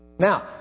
Now